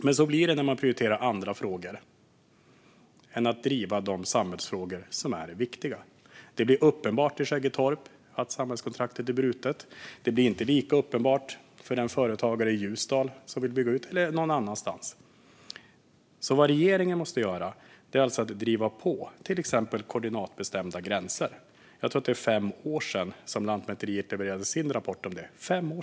Men så blir det när man prioriterar andra frågor i stället för att driva de samhällsfrågor som är viktiga. Det blir uppenbart i Skäggetorp att samhällskontraktet är brutet. Det blir inte lika uppenbart för den företagare i Ljusdal eller någon annanstans som vill bygga ut. Vad regeringen måste göra är alltså att driva på till exempel koordinatbestämda gränser. Jag tror att det är fem år sedan Lantmäteriet levererade sin rapport om detta.